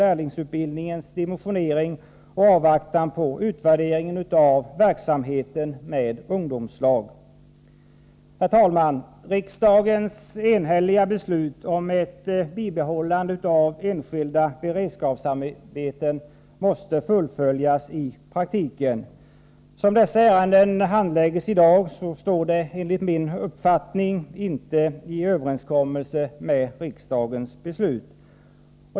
lärlingsutbildningens dimensionering, och i avvaktan på den utvärdering som skall göras av verksamheten med ungdomslag. Herr talman! Riksdagens enhälliga beslut om ett bibehållande av enskilda beredskapsarbeten måste fullföljas i praktiken. Den nuvarande handläggningen av dessa ärenden står enligt min mening inte i överensstämmelse med riksdagens beslut.